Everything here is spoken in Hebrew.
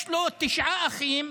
יש לו תשעה אחים,